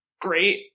great